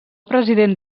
president